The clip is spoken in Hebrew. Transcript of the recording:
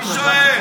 אני שואל.